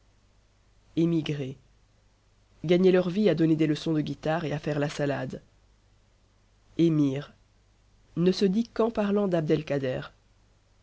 émigrés gagnaient leur vie à donner des leçons de guitare et à faire la salade émir ne se dit qu'en parlant